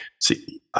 See